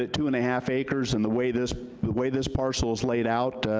at two and a half acres, and the way this way this parcel is laid out,